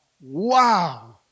Wow